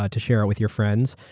to share it with your friends.